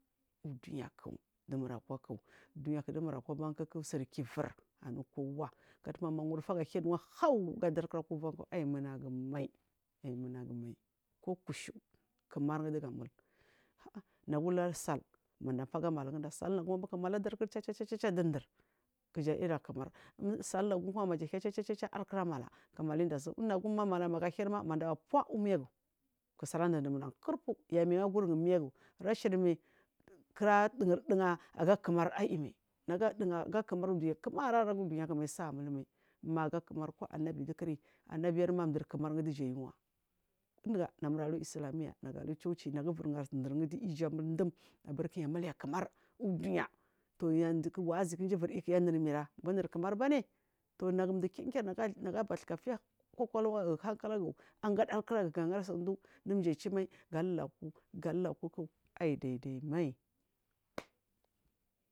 Duniyaku dumurkwaku duniyaku dumurkwaku surkmur kowa gatamar ma wudufagu ahiya dmwa hawu gadari kura kira aiyi munagumai aiyimunagumai ko kushu kumardugu mul ah nagurari sal manda paga mala guda sulivanyi kumula adukra ja chachacha du dur kuja yina kumar sul nagum kuma maja hiya chachacha akra mala kumala inda gum unagu magu mala hirima mandaba puna umiyagu ku sai adudubuna kurpu yamingurgu miyagu rasher mi kura duga aga kuman aiyimal kora dugu kumar aiyimai aku dunyakumai saiyi mumai magu aja kumar ko annabe du kuiyi annabima ndur kumar duja ayuwa induga namul alu islamiya namul alu chuchi ma ndugu du igu amil chim aburkunyi amuliya kumar udaniya to ya mduku wa’azi kuya unumira bakumur amuhya kumarbani to nagu mdu kinkir nagu abakuka muliy hankala gu angadari kuragu ga gari sundundu achumai galulauku galulauku gu aiyi daidaimai.